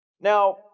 Now